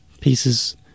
pieces